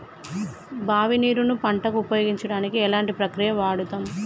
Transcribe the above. బావి నీరు ను పంట కు ఉపయోగించడానికి ఎలాంటి ప్రక్రియ వాడుతం?